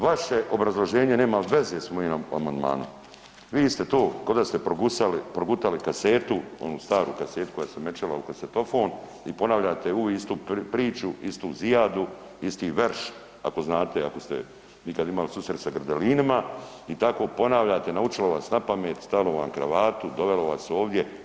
Vaše obrazloženje nema veze s mojim amandmanom, vi ste to ko da ste progutali kasetu, onu staru kasetu koja se mećala u kasetofon i ponavljate uvijek istu priču, istu zijadu, isti verš, ako znate ako ste ikad imali susret s Grdelinima i tako ponavljate, naučilo vas napameti, stavilo vam kravatu, dovelo vas ovdje.